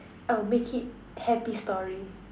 I'll make it happy story